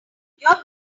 your